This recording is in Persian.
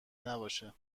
نباشه